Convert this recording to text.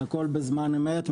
והכל בזמן אמת,